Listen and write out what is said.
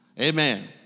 Amen